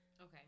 Okay